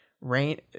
rain